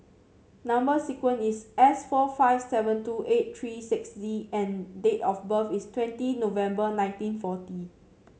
number sequence is S four five seven two eight three six Z and date of birth is twenty November nineteen forty